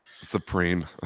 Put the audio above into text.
Supreme